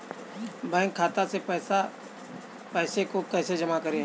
Bank खाते से पैसे को कैसे जमा करें?